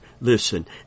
Listen